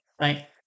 Right